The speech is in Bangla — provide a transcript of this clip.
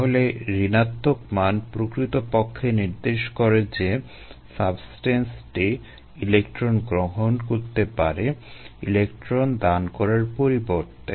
তাহলে ঋণাত্বক মান প্রকৃতপক্ষে নির্দেশ করে যে সাবস্টেন্সটি ইলেক্ট্রন গ্রহণ করতে পারে ইলেক্ট্রন দান করার পরিবর্তে